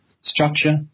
structure